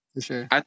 sure